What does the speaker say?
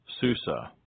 Susa